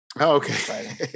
okay